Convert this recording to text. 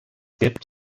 gibt